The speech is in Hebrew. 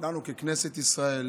לנו ככנסת ישראל,